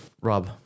Rob